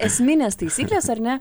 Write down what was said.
esminės taisyklės ar ne